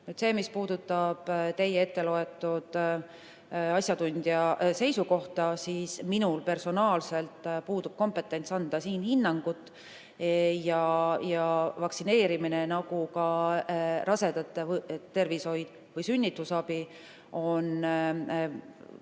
See, mis puudutab teie etteloetud asjatundja seisukohta, siis minul personaalselt puudub kompetents anda siin hinnangut. Vaktsineerimine nagu ka rasedate tervishoid või sünnitusabi on küsimus,